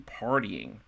partying